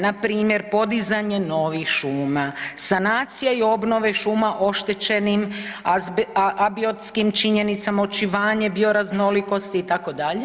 Na primjer podizanje novih šuma, sanacija i obnove šuma oštećenim abiotskim činjenicama, očuvanje, bio raznolikosti itd.